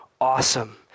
awesome